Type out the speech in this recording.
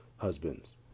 Husbands